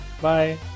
Bye